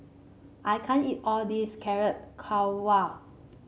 I can't eat all this Carrot Halwa